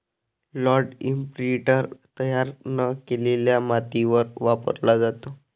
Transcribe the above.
land imprinter तयार न केलेल्या मातीवर वापरला जातो